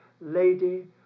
lady